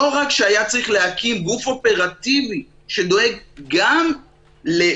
לא רק שהיה צריך להקים גוף אופרטיבי שדואג גם להחליט,